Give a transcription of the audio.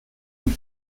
and